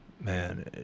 man